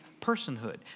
personhood